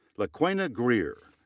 lakwena greer.